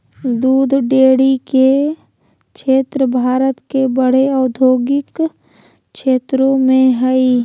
दूध डेरी के क्षेत्र भारत के बड़े औद्योगिक क्षेत्रों में हइ